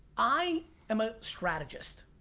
i am a strategist.